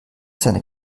seine